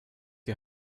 die